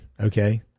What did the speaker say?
okay